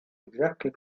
exactly